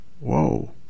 whoa